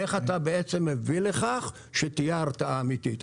איך אתה בעצם מביא לכך שתהיה הרתעה אמיתית.